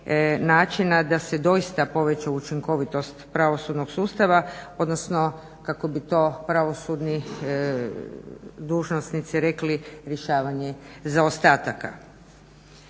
načina da se doista poveća učinkovitost pravosudnog sustava, odnosno kako i to pravosudni dužnosnici rekli rješavanje zaostataka.